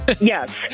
Yes